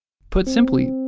put simply,